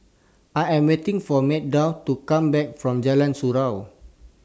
I Am waiting For Meadow to Come Back from Jalan Surau